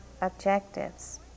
objectives